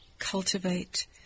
cultivate